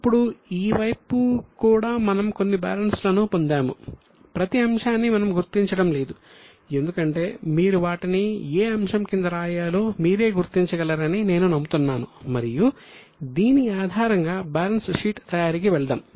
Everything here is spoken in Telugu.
ఇప్పుడు ఈ వైపు కూడా మనం కొన్ని బ్యాలెన్స్లను పొందాము ప్రతి అంశాన్ని మనం గుర్తించడం లేదు ఎందుకంటే మీరు వాటిని ఏ అంశం కింద రాయాలో మీరే గుర్తించగలరని నేను నమ్ముతున్నాను మరియు దీని ఆధారంగా బ్యాలెన్స్ షీట్ తయారీకి వెళ్దాం